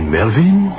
Melvin